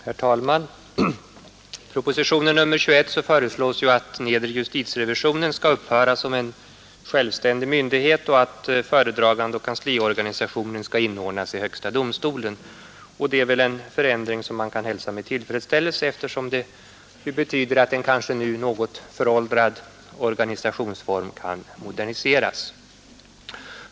Herr talman! I propositionen 21 föreslås att nedre justitierevisionen skall upphöra som en självständig myndighet och att dess föredragande och kansliorganisation skall inordnas i högsta domstolen. Detta är väl en förändring som man kan hälsa med tillfredsställelse, eftersom den betyder att en nu kanske något föråldrad organisationsform kommer att moderniseras.